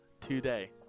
today